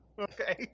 Okay